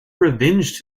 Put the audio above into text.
revenged